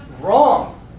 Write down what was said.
wrong